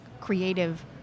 creative